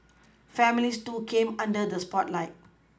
families too came under the spotlight